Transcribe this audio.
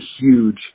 huge